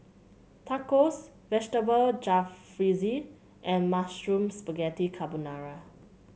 Tacos Vegetable Jalfrezi and Mushroom Spaghetti Carbonara